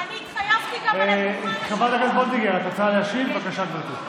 על כן אני מציע, פשוט הזמן עבר, אדוני.